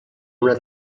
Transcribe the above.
una